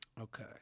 Okay